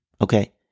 Okay